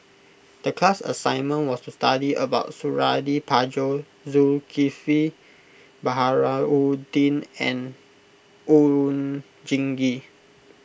the class assignment was to study about Suradi Parjo Zulkifli Baharudin and Oon Jin Gee